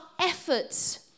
efforts